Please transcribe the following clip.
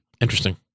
Interesting